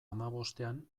hamabostean